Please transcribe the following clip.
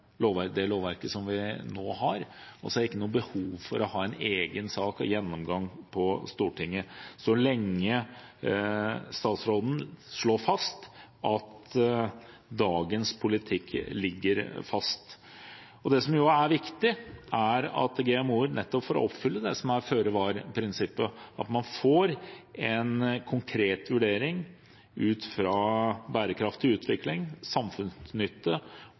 det lovverket vi nå har, og ser ikke noe behov for å ha en egen sak og en egen gjennomgang i Stortinget, så lenge statsråden slår fast at dagens politikk ligger fast. Det som er viktig når det gjelder GMO-er, er at man – nettopp for å oppfylle føre-var-prinsippet – får en konkret vurdering ut fra bærekraftig utvikling, samfunnsnytte